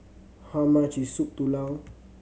how much is Soup Tulang